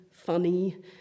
funny